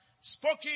spoken